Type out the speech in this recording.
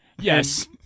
Yes